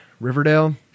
Riverdale